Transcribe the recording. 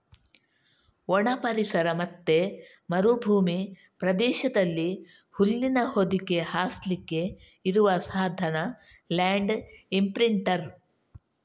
ಒಣ ಪರಿಸರ ಮತ್ತೆ ಮರುಭೂಮಿ ಪ್ರದೇಶದಲ್ಲಿ ಹುಲ್ಲಿನ ಹೊದಿಕೆ ಹಾಸ್ಲಿಕ್ಕೆ ಇರುವ ಸಾಧನ ಲ್ಯಾಂಡ್ ಇಂಪ್ರಿಂಟರ್